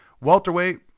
welterweight